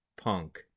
Punk